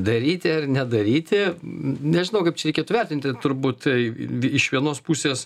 daryti ar nedaryti nežinau kaip čia reikėtų vertinti turbūt tai iš vienos pusės